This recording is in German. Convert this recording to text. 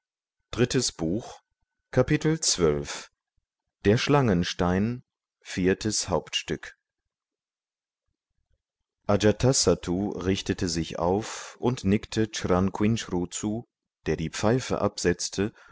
der schlangenstein viertes hauptstück ajatasattu richtete sich auf und nickte chranquinchru zu der die pfeife absetzte